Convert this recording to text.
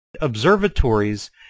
observatories